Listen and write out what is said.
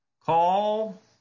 Call